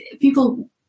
people